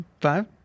Five